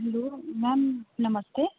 hello ma'am नमस्ते